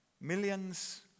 millions